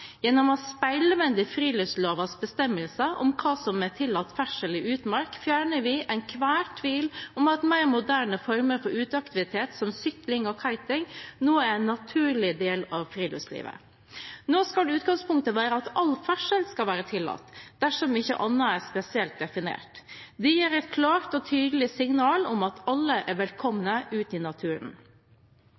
Gjennom «å speilvende» friluftslovens bestemmelser om hva som er tillatt ferdsel i utmark, fjerner vi enhver tvil om at mer moderne former for uteaktivitet, som sykling og kiting, nå er en naturlig del av friluftslivet. Nå skal utgangspunktet være at all ferdsel skal være tillatt, dersom ikke annet er spesielt definert. Det gir et klart og tydelig signal om at alle er velkomne ut i naturen.